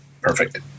perfect